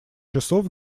часов